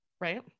right